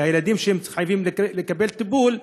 והילדים שחייבים לקבל טיפול,